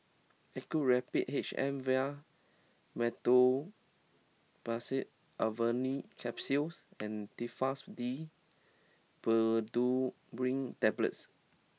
Actrapid H M Vial Meteospasmyl Alverine Capsules and Telfast D Pseudoephrine Tablets